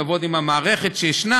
הוא יעבוד עם המערכת שישנה,